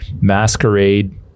masquerade